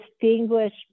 distinguish